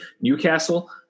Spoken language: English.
Newcastle